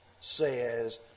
says